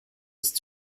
ist